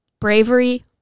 bravery